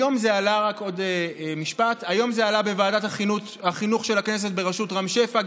היום זה עלה בוועדת החינוך של הכנסת בראשות רם שפע.